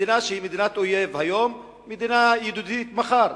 מדינה שהיא מדינת אויב היום היא מדינה ידידותית מחר.